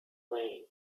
lane